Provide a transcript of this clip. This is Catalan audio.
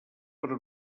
però